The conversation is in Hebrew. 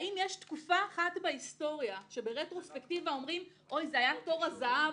האם יש תקופה אחת בהיסטוריה שברטרוספקטיבה אומרים: זה היה תור הזהב,